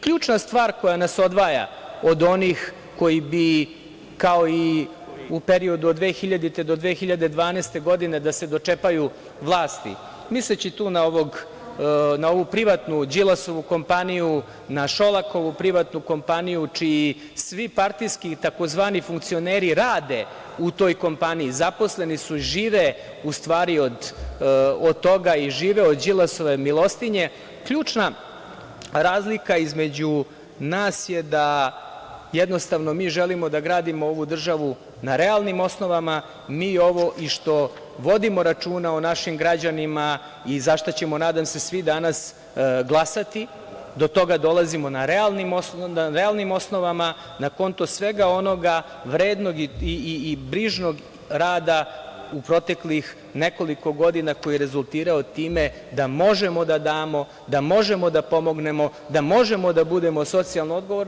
Ključna stvar koja nas odvaja od onih koji bi kao i u periodu od 2000. do 2012. godine da se dočepaju vlasti, misleći tu na ovu privatnu Đilasovu kompaniju, na Šolakovu privatnu kompaniju čiji svi partijskih tzv. funkcioneri rade u toj kompaniji, zaposleni su i žive u stvari od toga i žive od Đilasove milostinje, ključna razlika između nas je da jednostavno mi želimo da gradimo ovu državu na realnim osnovama, mi ovo i što vodimo računa o našim građanima i za šta ćemo, nadam se, svi danas glasati, do toga dolazimo na realnim osnovama na konto svega onoga vrednog i brižnog rada u proteklih nekoliko godina koji je rezultirao time da možemo da damo, da možemo da pomognemo, da možemo da budemo socijalno odgovorni.